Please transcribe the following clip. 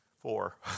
four